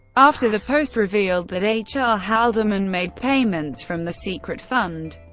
after the post revealed that h r. haldeman made payments from the secret fund,